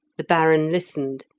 the baron listened,